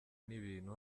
n’ibintu